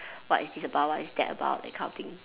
what is this about what is that about that kind of thing